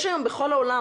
יש היום בכל העולם,